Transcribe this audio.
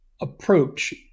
approach